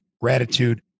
gratitude